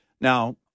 Now